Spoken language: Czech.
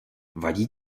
vadí